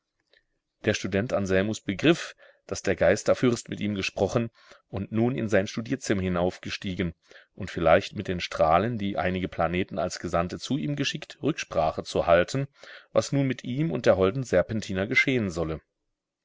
der student anselmus begriff daß der geisterfürst mit ihm gesprochen und nun in sein studierzimmer hinaufgestiegen um vielleicht mit den strahlen die einige planeten als gesandte zu ihm geschickt rücksprache zu halten was nun mit ihm und der holden serpentina geschehen solle